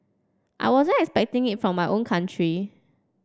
I wasn't expecting it from my own country